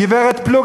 גברת פלוג,